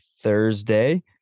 Thursday